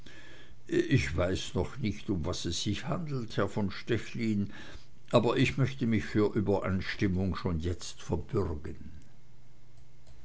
ich weiß noch nicht um was es sich handelt herr von stechlin aber ich möchte mich für übereinstimmung schon jetzt verbürgen